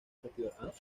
festival